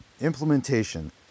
Implementation